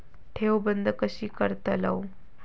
ठेव बंद कशी करतलव?